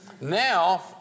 Now